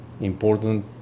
important